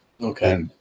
Okay